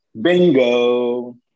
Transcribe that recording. Bingo